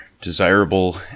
desirable